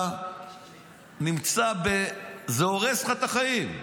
אתה נמצא, זה הורס לך את החיים.